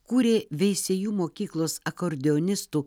kūrė veisiejų mokyklos akordeonistų